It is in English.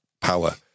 power